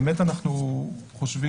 לדעתנו,